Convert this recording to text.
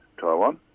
Taiwan